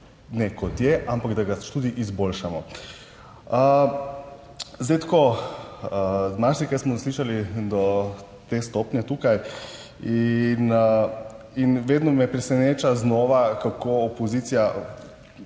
ne kot je, ampak da ga tudi izboljšamo. Zdaj, tako, marsikaj smo slišali do te stopnje tukaj in in vedno me preseneča znova, kako opozicija